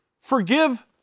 Forgive